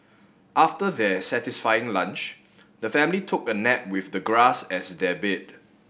after their satisfying lunch the family took a nap with the grass as their bed